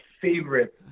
favorite